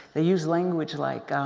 they use language like,